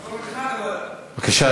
בבקשה,